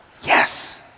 Yes